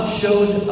shows